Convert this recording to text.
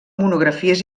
monografies